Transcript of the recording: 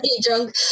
drunk